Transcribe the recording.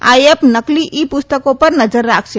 આ એપ નકલી ઇ પુસ્તકો પર નજર રાખશે